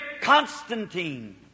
Constantine